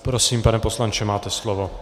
Prosím, pane poslanče, máte slovo.